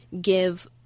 give